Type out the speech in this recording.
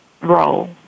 role